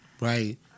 right